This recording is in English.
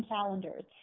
Calendars